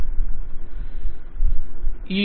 వివరిస్తాము